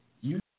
you